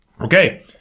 Okay